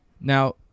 Now